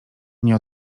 nie